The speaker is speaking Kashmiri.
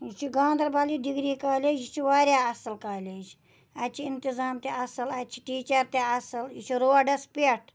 یہِ چھِ گاندربل یہِ ڈگری کالیج یہِ چھِ واریاہ اَصٕل کالیج اَتہِ چھِ انتظام تہِ اَصٕل اَتہِ چھِ ٹیٖچَر تہِ اَصٕل یہِ چھِ روڈَس پٮ۪ٹھ